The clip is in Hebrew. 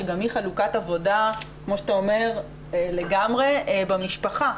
שגם היא חלוקת עבודה לגמרי במשפחה,